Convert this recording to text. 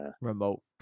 remote